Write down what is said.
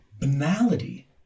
banality